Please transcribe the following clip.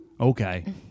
Okay